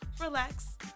relax